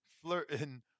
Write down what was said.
flirting